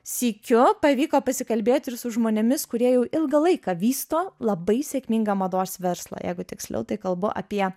sykiu pavyko pasikalbėti ir su žmonėmis kurie jau ilgą laiką vysto labai sėkmingą mados verslą jeigu tiksliau tai kalbu apie